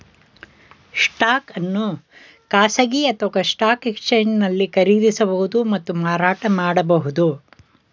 stock ಅನ್ನು ಖಾಸಗಿ ಅಥವಾ ಸ್ಟಾಕ್ ಎಕ್ಸ್ಚೇಂಜ್ನಲ್ಲಿ ಖರೀದಿಸಬಹುದು ಮತ್ತು ಮಾರಾಟ ಮಾಡಬಹುದು